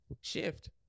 shift